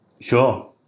Sure